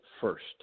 first